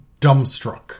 dumbstruck